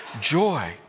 joy